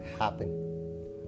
happen